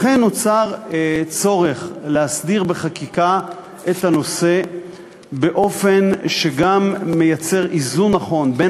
לכן נוצר צורך להסדיר בחקיקה את הנושא באופן שגם מייצר איזון נכון בין